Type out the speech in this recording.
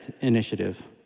Initiative